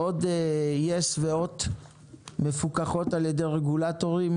בעוד יס והוט מפוקחות על ידי רגולטורים,